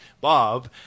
Bob